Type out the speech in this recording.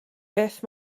beth